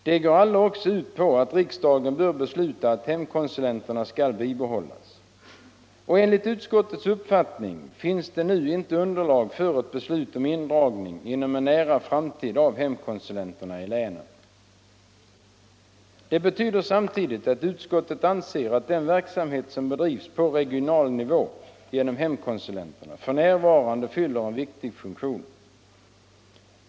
De går alla ut på att riksdagen bör besluta att hemkonsulenterna skall bibehållas, och enligt utskottets uppfattning finns det nu inte underlag för ett beslut om indragning inom en nära framtid av hemkonsulenterna i länen. Det betyder samtidigt att utskottet anser att den verksamhet som bedrivs på regional nivå genom hemkonsulenterna fyller en viktig funktion.